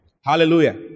Hallelujah